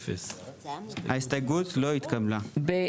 0 ההסתייגות לא התקבלה.